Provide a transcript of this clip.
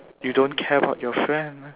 you don't care about your friend